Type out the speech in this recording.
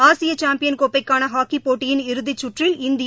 ஆசியசாம்பியன் கோப்பைக்கானஹாக்கிப் போட்டியின் சுற்றில் இந்திய